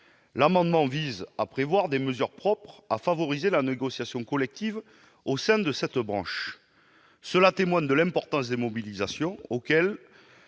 amendement vise à prévoir les mesures propres à favoriser la négociation collective au sein de la branche. Ces dispositions témoignent de l'importance des mobilisations, auxquelles